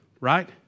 right